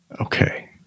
okay